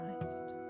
Christ